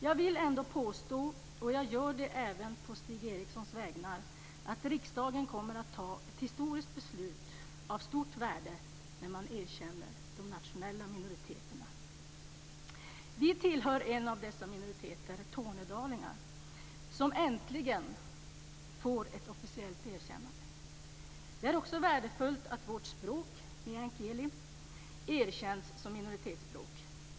Jag vill ändå påstå, och jag gör det även å Stig Erikssons vägnar, att riksdagen kommer att ta ett historiskt beslut av stort värde när den erkänner de nationella minoriteterna. Vi tornedalingar är en av de minoriteter som äntligen får ett officiellt erkännande. Det är också värdefullt att vårt språk meänkieli erkänns som minoritetsspråk.